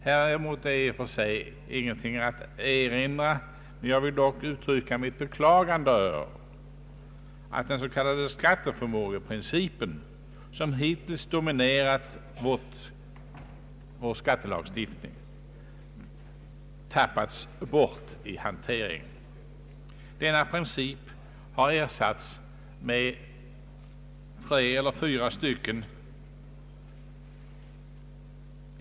Häremot är i och för sig ingenting att erinra, men jag vill uttrycka mitt beklagande över att den s.k. skatteförmågeprincipen, som hittills dominerat vår skattelagstiftning, tappats bort i hanteringen. Denna princip har ersatts med tre eller fyra.